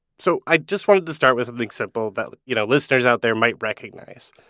so i just wanted to start with something simple that like you know listeners out there might recognize.